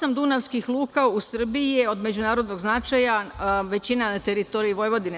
Osam dunavskih luka u Srbiji je od međunarodnog značaja, većina na teritoriji Vojvodine.